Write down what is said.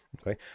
okay